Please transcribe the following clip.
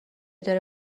داره